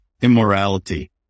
immorality